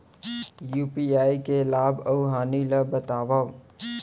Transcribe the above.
UPI के लाभ अऊ हानि ला बतावव